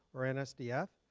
or nsdf,